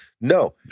no